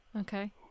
Okay